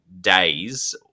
days